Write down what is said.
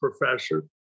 professor